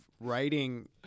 writing